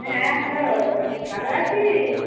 হ্যাঁ হ্যালো ভালো আছিস